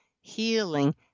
healing